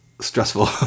stressful